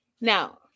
Now